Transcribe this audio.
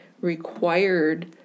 required